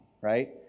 Right